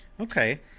Okay